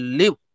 live